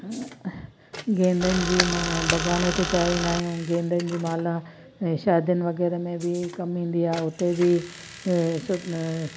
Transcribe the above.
गेंदनि जी मां भॻवान ते चाणींदा आहियूं गेंदनि जी माला ऐं शादियुनि वग़ैरह में बि कम ईंदी आहे हुते बि सुठ